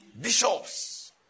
bishops